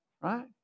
right